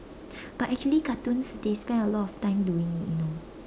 but actually cartoons they spend a lot of time doing it you know